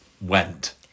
went